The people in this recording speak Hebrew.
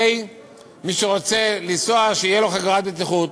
שמי שרוצה לנסוע יחגור חגורת בטיחות.